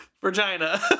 Vagina